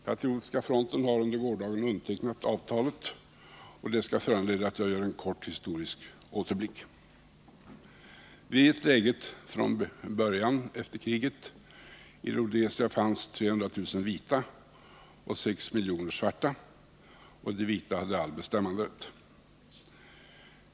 Patriotiska fronten undertecknade under gårdagen 67 avtalet, och det föranleder mig att göra en kort historisk återblick. Vid krigsslutet fanns det i Rhodesia 300 000 vita och 6 miljoner svarta invånare. De vita hade all bestämmanderätt.